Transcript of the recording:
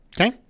Okay